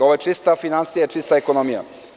Ovo je čista finansija i ekonomija.